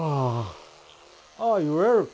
on oh you were